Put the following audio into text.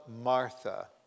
Martha